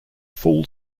full